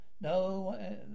No